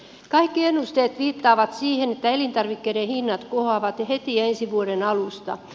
kaikki ennusteet viittaavat siihen että elintarvikkeiden hinnat kohoavat heti ensi vuoden alusta